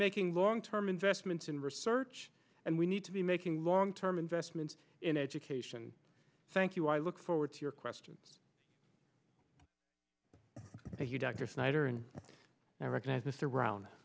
making long term investments in research and we need to be making long term investments in education thank you i look forward to your questions thank you dr snyder and i recognize this around